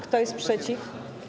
Kto jest przeciw?